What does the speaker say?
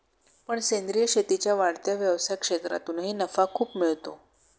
पण सेंद्रीय शेतीच्या वाढत्या व्यवसाय क्षेत्रातूनही नफा खूप मिळतो